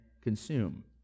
consume